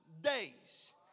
days